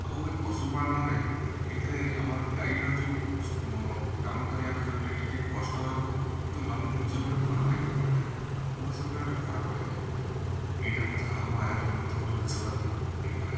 ଆଉ ଏ ପଶୁପାଳନରେ ଏଇଥିରେ ଆମର ଗାଈର ଯେଉଁ କାମ କରିବାର ଯେଉଁ ଏଇଟା ଟିକିଏ କଷ୍ଟ ହେବ କିନ୍ତୁ ତୁମକୁ ନିଜକୁ ଗୋଟେ ଭଲ ଲାଗିବ ଏଇଟା କୌଣସିପ୍ରକାର ଗୋଟେ ଖରାପ ଲାଗିବାକୁ ନାଇଁ ଏଇଟା ମଧ୍ୟ ଆମ ଆୟର ମଧ୍ୟ ଗୋଟେ ଉତ୍ସ ଭାବେ ହେଇପାରେ